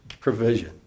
provision